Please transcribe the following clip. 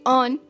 on